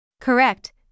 Correct